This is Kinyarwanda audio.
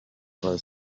kwa